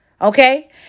Okay